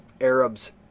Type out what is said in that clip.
Arabs